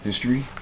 History